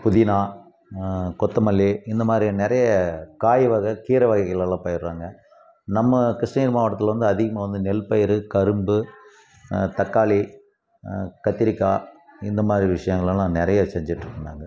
புதினா கொத்தமல்லி இந்தமாதிரி நிறைய காய் வகை கீர வகைகள் எல்லாம் பயிரிடுறாங்க நம்ம கிருஷ்ணகிரி மாவட்டத்தில் வந்து அதிகமாக வந்து நெல் பயிர் கரும்பு தக்காளி கத்திரிக்காய் இந்தமாதிரி விஷயங்கள் எல்லாம் நிறைய செஞ்சிட்டு இருந்தாங்கள்